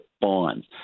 bonds